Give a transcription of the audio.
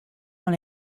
dans